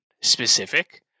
specific